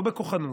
לא בכוחנות.